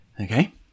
Okay